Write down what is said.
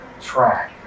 track